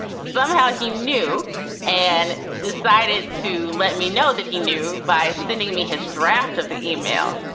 somehow he knew and decided to let me know that he knew by sending me his draft of the email,